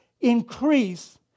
increase